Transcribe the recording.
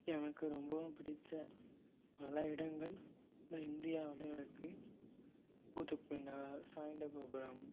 எனக்கு ரொம்பவும் பிடித்த பல இடங்கள் இந்த இந்தியாவில் இருக்குது குதுப் மினார் சாய்ந்த கோபுரம்